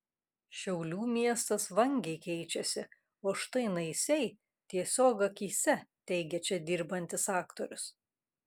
šiaulių miestas vangiai keičiasi o štai naisiai tiesiog akyse teigia čia dirbantis aktorius